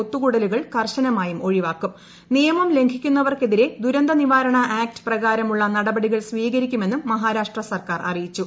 ഒത്തുകൂടലുകൾ കർശനമായും ലംഘിക്കുന്നവർക്കെതിരെ ദുരന്ത നിവരാണ ആക്ട് പ്രകാരമുള്ള നടപടികൾ സ്വീകരിക്കുമെന്നും മഹാരാഷ്ട്ര സർക്കാർ അറിയിച്ചു